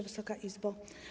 Wysoka Izbo!